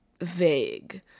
vague